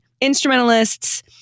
instrumentalists